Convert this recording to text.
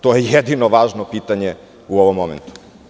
To je jedino važno pitanje u ovom momentu.